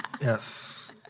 Yes